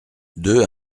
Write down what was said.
deux